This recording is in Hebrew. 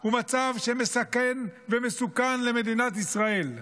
הוא מצב מסכן ומסוכן למדינת ישראל.